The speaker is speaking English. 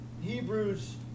hebrews